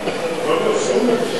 הרווחה והבריאות נתקבלה.